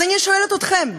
אז אני שואלת אתכם,